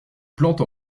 plante